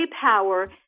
power